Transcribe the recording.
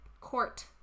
court